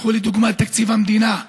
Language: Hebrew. קחו לדוגמה את תקציב המדינה,